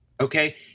Okay